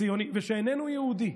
ציוני ושאיננו יהודי,